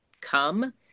come